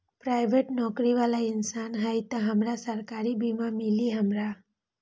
Private नौकरी बाला इंसान हई त हमरा सरकारी बीमा मिली हमरा?